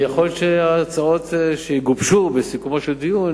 ויכול להיות שההצעות שיגובשו בסיכומו של דיון